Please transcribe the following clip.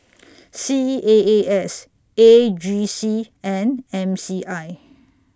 C A A S A G C and M C I